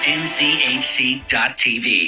nchc.tv